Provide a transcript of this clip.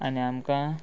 आनी आमकां